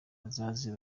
bazaze